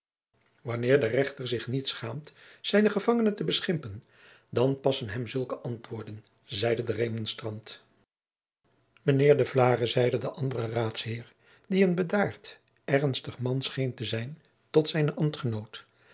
wanneer de rechter zich niet schaamt zijne gevangene te beschimpen dan passen hem zulke antwoorden zeide de remonstrant mijnheer de vlaere zeide de andere raadsheer die een bedaard ernstig man scheen te zijn tot zijnen